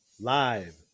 live